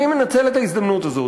אני מנצל את ההזדמנות הזאת,